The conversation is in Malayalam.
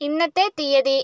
ഇന്നത്തെ തീയതി